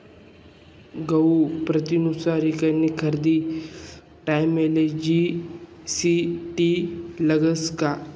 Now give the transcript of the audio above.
गहूना प्रतनुसार ईकानी खरेदीना टाईमले जी.एस.टी लागस का?